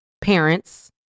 parents